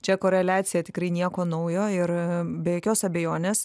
čia koreliacija tikrai nieko naujo ir be jokios abejonės